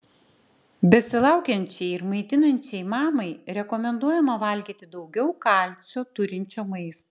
besilaukiančiai ir maitinančiai mamai rekomenduojama valgyti daugiau kalcio turinčio maisto